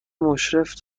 مشرف